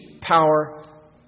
power